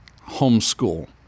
homeschool